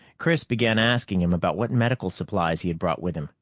chris began asking him about what medical supplies he had brought with him,